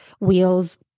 wheels